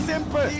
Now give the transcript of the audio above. Simple